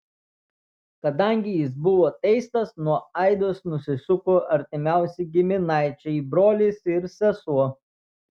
kadangi jis buvo teistas nuo aidos nusisuko artimiausi giminaičiai brolis ir sesuo